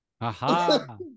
Aha